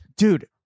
dude